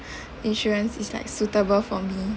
insurance is like suitable for me